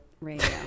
radio